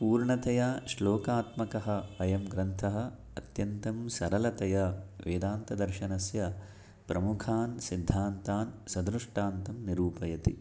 पूर्णतया श्लोकात्मकः अयं ग्रन्थः अत्यन्तं सरलतया वेदान्तदर्शनस्य प्रमुखान् सिद्धान्तान् सदृष्टान्तं निरूपयति